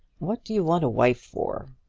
what do you want a wife for?